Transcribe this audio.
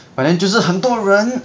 but then 就是很多人